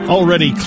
already